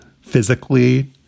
physically